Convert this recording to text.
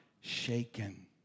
shaken